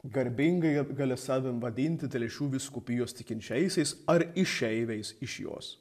garbingai gali save vadinti telšių vyskupijos tikinčiaisiais ar išeiviais iš jos